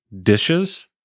dishes